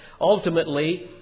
ultimately